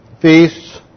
feasts